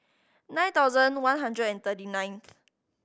nine thousand one hundred and thirty nineth